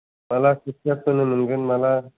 माला खोथिया फोनो मोनगोन माला